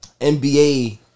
NBA